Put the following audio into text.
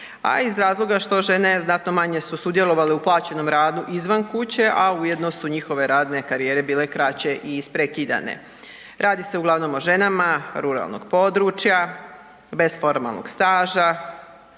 a iz razloga što žene znatno manje su sudjelovale u plaćenom radu izvan kuće a ujedno su njihove radne karijere bile kraće i isprekidane. Radi se uglavnom o ženama ruralnog područja bez formalnog staža